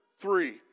three